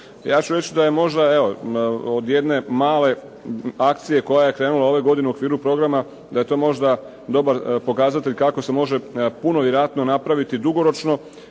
Ja ću reći da je možda, evo od jedne male akcije koja je krenula ove godine u okviru programa, da je to možda dobar pokazatelj kako se može puno vjerojatno napraviti dugoročno